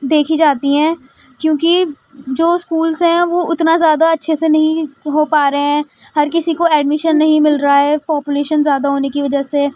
دیکھی جاتی ہیں کیوںکہ جو اسکولس ہیں وہ اتنا زیادہ اچھے سے نہیں ہو پا رہے ہیں ہر کسی کو ایڈمیشن نہیں مل رہا ہے پاپولیشن زیادہ ہونے کی وجہ سے